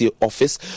office